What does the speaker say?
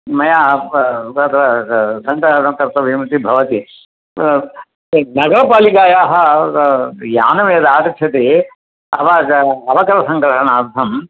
मया संग्रहणं कर्तव्यम् इति भवति नगरपालिकायाः यानं यदा आगच्छति अवकर अवकरसंग्रहणार्थं